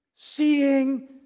Seeing